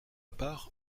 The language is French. part